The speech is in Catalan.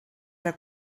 era